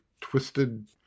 twisted